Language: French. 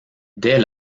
dès